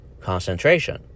concentration